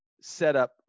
setup